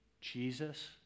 Jesus